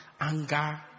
anger